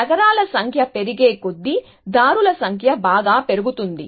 నగరాల సంఖ్య పెరిగే కొద్దీ దారుల సంఖ్య బాగా పెరుగుతుంది